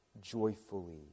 joyfully